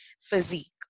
physique